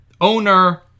owner